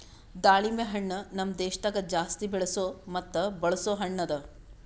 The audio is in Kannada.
ದಾಳಿಂಬೆ ಹಣ್ಣ ನಮ್ ದೇಶದಾಗ್ ಜಾಸ್ತಿ ಬೆಳೆಸೋ ಮತ್ತ ಬಳಸೋ ಹಣ್ಣ ಅದಾ